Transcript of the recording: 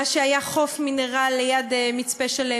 מה שהיה חוף "מינרל" ליד מצפה-שלם,